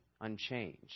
unchanged